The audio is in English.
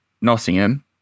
Nottingham